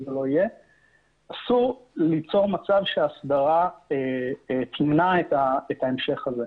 אסור ליצור מצב שההסדרה תמנע את ההמשך הזה.